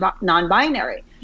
non-binary